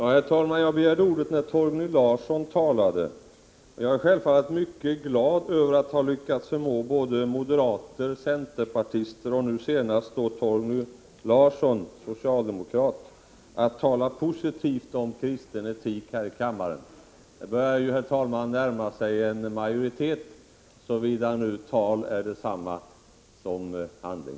Herr talman! Jag begärde ordet när Torgny Larsson talade. Jag är självfallet mycket glad över att ha lyckats förmå både moderater, centerpartister och nu senast Torgny Larsson, socialdemokrat, att tala positivt om kristen etik här i kammaren. Det börjar närma sig en majoritet, om nu tal är detsamma som handling.